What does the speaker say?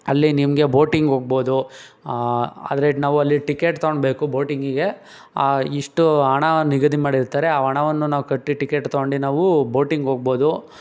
ಅಲ್ಲಿ ನಿಮಗೆ ಬೋಟಿಂಗ್ ಹೋಗ್ಬೋದು ಆದರೆ ನಾವು ಅಲ್ಲಿ ಟಿಕೆಟ್ ತೊಗಣ್ಬೇಕು ಬೋಟಿಂಗಿಗೆ ಇಷ್ಟು ಹಣ ನಿಗದಿ ಮಾಡಿರ್ತಾರೆ ಆ ಹಣವನ್ನು ನಾವು ಕಟ್ಟಿ ಟಿಕೆಟ್ ತೊಗೊಂಡು ನಾವು ಬೋಟಿಂಗ್ ಹೋಗ್ಬೋದು